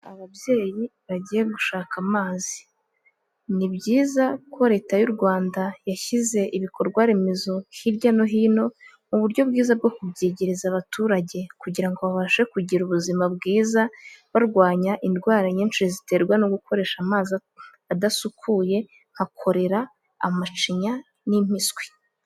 Ababyeyi bagiye gushaka amazi, ni byiza ko Leta y'u Rwanda yashyize ibikorwa remezo hirya no hino mu buryo bwiza bwo kubyegereza abaturage, kugira ngo babashe kugira ubuzima bwiza, barwanya indwara nyinshi ziterwa no gukoresha amazi adasukuye, nka korera, amacinya n'impiswi.